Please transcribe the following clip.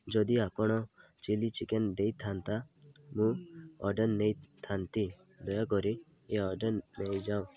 ଯଦି ଆପଣ chilli chicken ଦେଇଥାନ୍ତ ମୁଁ ଅର୍ଡ଼ର୍ ନେଇଥାନ୍ତି ଦୟାକରି ଏ ଅର୍ଡ଼ର୍ ନେଇଯାଅ